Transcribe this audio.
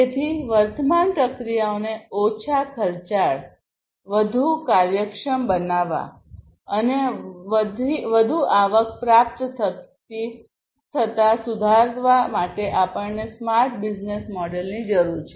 તેથી વર્તમાન પ્રક્રિયાઓને ઓછા ખર્ચાળ વધુ કાર્યક્ષમ બનાવવા અને વધેલી આવક પ્રાપ્ત થતાં સુધારવા માટે આપણને સ્માર્ટ બિઝનેસ મોડેલની જરૂર છે